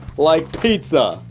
like pizza.